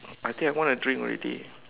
I think I want to drink already